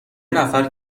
نفر